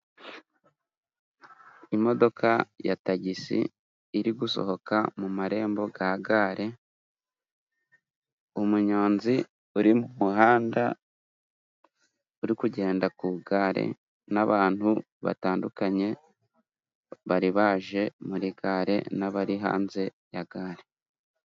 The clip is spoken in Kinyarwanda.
Imodoka ya tagisi iri gusohoka mu marembo ga gare. Umunyonzi uri mumuhanda uri kugenda ku igare n'abantu batandukanye bari baje muri gare n'abari hanze ya gare.